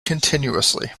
continuously